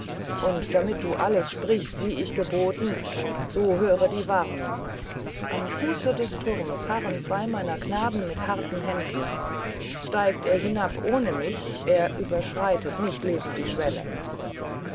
und damit du alles sprichst wie ich geboten so höre die warnung am fuße des turmes harren zwei meiner knaben mit harten händen steigt er hinab ohne mich er überschreitet nicht lebend die schwelle